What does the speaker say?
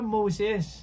Moses